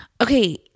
okay